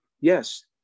Yes